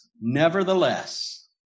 Nevertheless